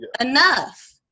Enough